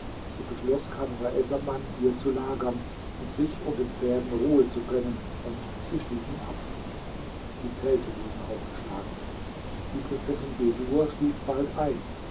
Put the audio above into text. so beschloß kamr essaman hier zu lagern und sich und den pferden ruhe zu gönnen und sie stiegen ab die zelte wurden aufgeschlagen die prinzessin bedur schlief bald ein